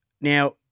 Now